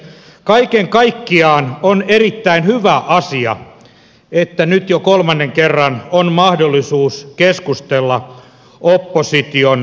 kaiken kaikkiaan on erittäin hyvä asia että nyt jo kolmannen kerran on mahdollisuus keskustella opposition vaihtoehtobudjeteista